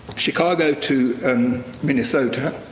chicago to minnesota,